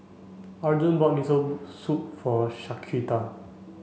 Arjun bought Miso Soup for Shaquita